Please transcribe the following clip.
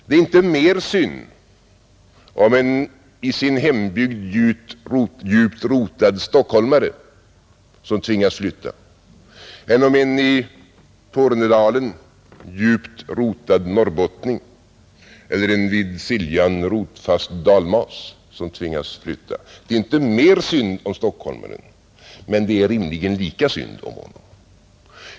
Det är inte mer synd om en i sin hembygd djupt rotad stockholmare som tvingas flytta än om en i Tornedalen djupt rotad norrbottning eller en vid Siljan rotfast dalmas som tvingas flytta, Det är inte mer synd om stockholmaren, Men det är rimligen lika synd om honom.